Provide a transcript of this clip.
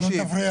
אל תפריע לו.